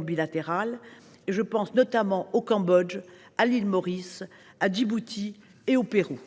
bilatérales – je pense notamment au Cambodge, à l’île Maurice, à Djibouti et au Pérou.